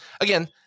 again